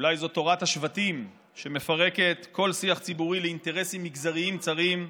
אולי זאת תורת השבטים שמפרקת כל שיח ציבורי לאינטרסים מגזריים צרים,